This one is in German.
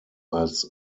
als